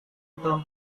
itu